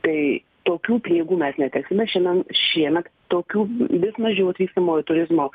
tai tokių pinigų mes neteksime šiandien šiemet tokių vis mažiau atvykstamojo turizmo